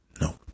no